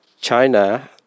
China